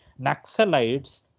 Naxalites